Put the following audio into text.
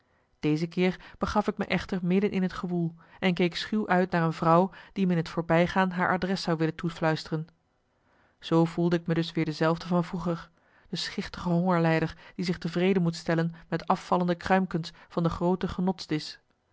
deze keer begaf ik me echter midden in het gewoel en keek schuw uit naar een vrouw die me in het voorbijgaan haar adres zou willen toefluisteren zoo voelde ik me dus weer dezelfde van vroeger de schichtige hongerlijder die zich tevreden moet stellen met afvallende kruimkens van de groote genotsdisch